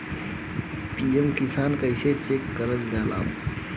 PM किसान कइसे check करल जाला?